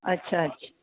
अछा अछ